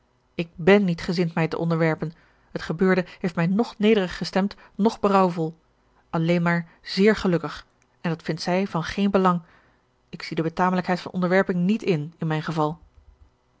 ik bèn niet gezind mij te onderwerpen het gebeurde heeft mij noch nederig gestemd noch berouwvol alleen maar zeer gelukkig en dat vindt zij van geen belang ik zie de betamelijkheid van onderwerping niet in in mijn geval